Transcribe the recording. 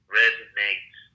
resonates